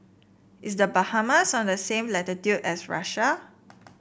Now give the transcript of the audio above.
is The Bahamas on the same latitude as Russia